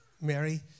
Mary